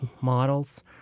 models